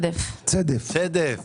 אני